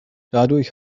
dadurch